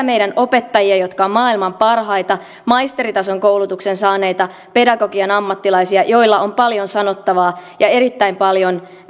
meidän opettajia jotka ovat maailman parhaita maisteritason koulutuksen saaneita pedagogian ammattilaisia joilla on paljon sanottavaa ja erittäin paljon